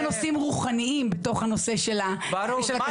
נושאים רוחניים בתוך הנושא של הכשרות.